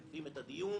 משקפים את הדיון.